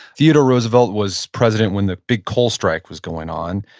theodore roosevelt was president when the big coal strike was going on.